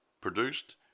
produced